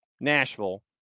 Nashville